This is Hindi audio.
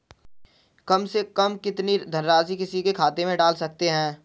कम से कम कितनी धनराशि किसी के खाते में डाल सकते हैं?